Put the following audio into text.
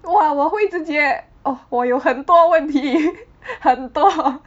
!wah! 我会直接 !wah! 我有很多问题 很多